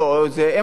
איזה אם חד-הורית,